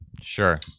Sure